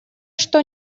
что